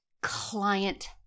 client